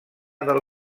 del